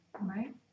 Right